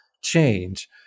change